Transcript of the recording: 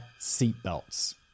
seatbelts